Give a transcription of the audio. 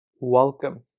Welcome